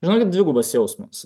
žinokit dvigubas jausmas